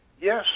Yes